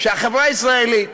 שהחברה הישראלית,